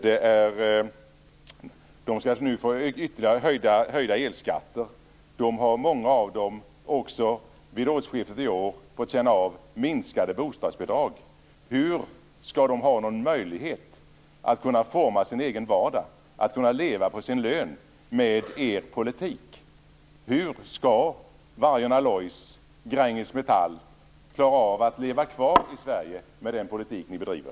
De skall nu få ytterligare höjningar av elskatterna. Många av dem har också vid årsskiftet fått känna av minskade bostadsbidrag. Hur skall de ha någon möjlighet att forma sin egen vardag och att kunna leva på sin lön med er politik? Hur skall Vargön Alloys och Gränges Metall klara av att leva kvar i Sverige med den politik som ni bedriver?